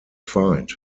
fight